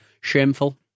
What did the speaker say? shameful